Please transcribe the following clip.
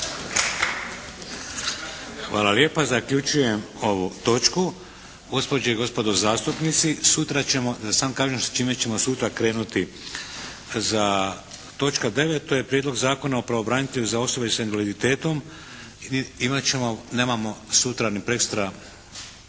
Hvala lijepa. Zaključujem ovu točku. Gospođe i gospodo zastupnici sutra ćemo, da samo kažem s čime ćemo sutra krenuti. Točka 9. to je Prijedlog zakona o pravobranitelju za osobe sa invaliditetom. Nemamo sutra ni prekosutra